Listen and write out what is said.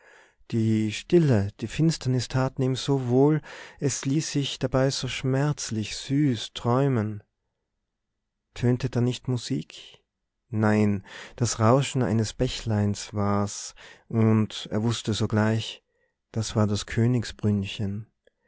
die stille die finsternis taten ihm so wohl es ließ sich dabei so schmerzlich süß träumen tönte da nicht musik nein das rauschen eines bächleins war es und er wußte sogleich das war das